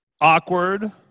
awkward